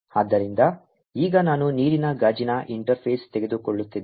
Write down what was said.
ಆದ್ದರಿಂದ ಈಗ ನಾನು ನೀರಿನ ಗಾಜಿನ ಇಂಟರ್ಫೇಸ್ ತೆಗೆದುಕೊಳ್ಳುತ್ತಿದ್ದೇನೆ